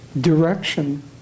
direction